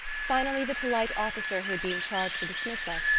finally the polite officer who had been charged to dismiss us,